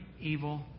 evil